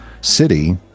city